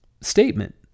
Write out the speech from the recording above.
statement